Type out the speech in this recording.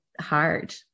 hard